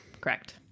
Correct